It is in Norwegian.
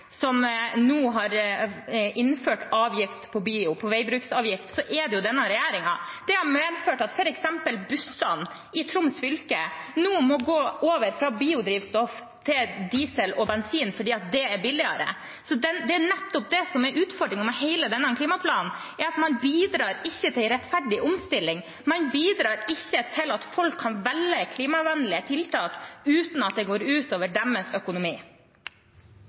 har innført avgift på bio, veibruksavgift, så er det jo denne regjeringen. Det har medført at f.eks. bussene i Troms fylke nå må gå over fra biodrivstoff til diesel og bensin, fordi det er billigere. Det er nettopp det som er utfordringen med hele denne klimaplanen; man bidrar ikke til en rettferdig omstilling, man bidrar ikke til at folk kan velge klimavennlige tiltak uten at det går ut over deres økonomi.